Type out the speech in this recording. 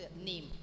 name